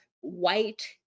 White